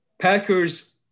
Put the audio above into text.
Packers